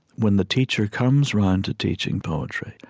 when the teacher comes around to teaching poetry,